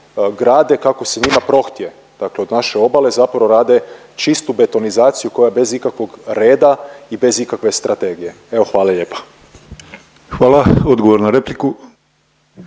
grade kako se njima prohtije, dakle od naše obale zapravo rade čistu betonizaciju koja je bez ikakvog reda i bez ikakve strategije. Evo, hvala lijepa. **Penava, Ivan (DP)**